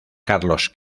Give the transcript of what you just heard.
carlos